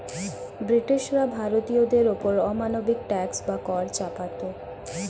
ব্রিটিশরা ভারতীয়দের ওপর অমানবিক ট্যাক্স বা কর চাপাতো